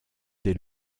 des